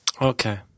Okay